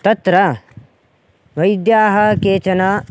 तत्र वैद्याः केचन